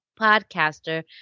podcaster